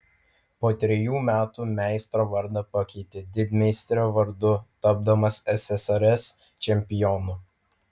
po trejų metų meistro vardą pakeitė didmeistrio vardu tapdamas ssrs čempionu